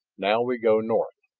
now we go north!